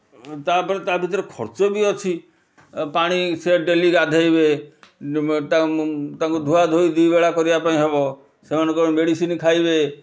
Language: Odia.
ତା'ପରେ ତା ଭିତରେ ଖର୍ଚ୍ଚ ବି ଅଛି ପାଣି ସେ ଡେଲି ଗାଧୋଇବେ ତାଙ୍କୁ ଧୁଆ ଧୋଇ ଦୁଇ ବେଳା କରିବା ପାଇଁ ହେବ ସେମାନେ କ'ଣ ମେଡ଼ିସିନ୍ ଖାଇବେ